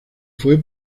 fue